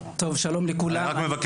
שלום לכולם.